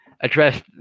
address